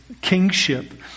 kingship